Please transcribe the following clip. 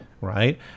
right